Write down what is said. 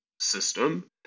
system